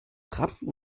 krabben